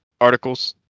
articles